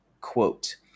quote